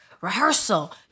rehearsal